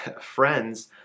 friends